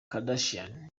kardashian